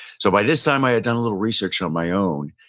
so by this time i had done a little research on my own.